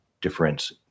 difference